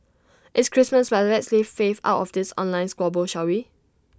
it's Christmas but let's leave faith out of this online squabble shall we